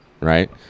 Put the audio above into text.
right